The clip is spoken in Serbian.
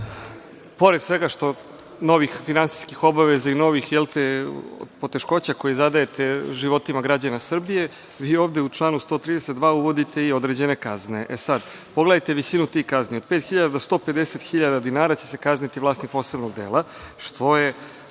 Pored novih finansijskih obaveza i novih poteškoća koje zadajete životima građana Srbije, vi ovde u članu 132. uvodite i određene kazne. Pogledajte visinu tih kazni - od pet do 150 hiljada dinara će se kazniti vlasnik posebnog dela, što je